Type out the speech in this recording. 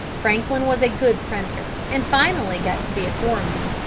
franklin was a good printer, and finally got to be a foreman.